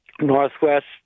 Northwest